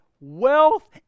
Wealth